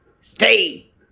stay